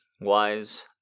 Wise